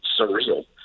surreal